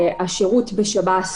השירות בשב"ס